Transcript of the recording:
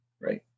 right